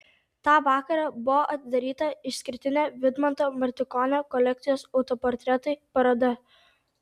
tą vakarą buvo atidaryta išskirtinė vidmanto martikonio kolekcijos autoportretai paroda